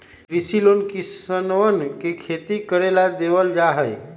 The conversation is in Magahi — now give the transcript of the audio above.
कृषि लोन किसनवन के खेती करे ला देवल जा हई